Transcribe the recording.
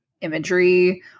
imagery